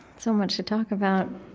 so much to talk about.